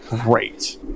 great